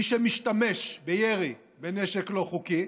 מי שמשתמש בירי בנשק לא חוקי,